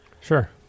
Sure